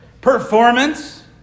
Performance